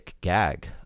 gag